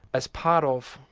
as part of,